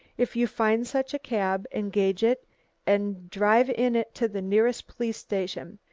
if you find such a cab, engage it and drive in it to the nearest police station.